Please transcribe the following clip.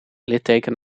litteken